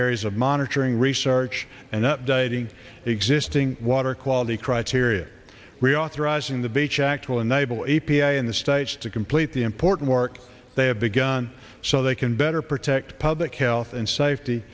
areas of monitoring research and updating existing water quality criteria reauthorizing the beach act will enable e p a in the states to complete the important work they have begun so they can better protect public health and safety